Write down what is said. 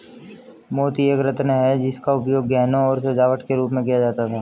मोती एक रत्न है जिसका उपयोग गहनों और सजावट के रूप में किया जाता था